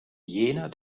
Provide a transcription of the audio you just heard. jener